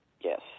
yes